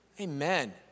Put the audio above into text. Amen